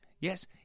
Yes